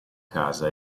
casa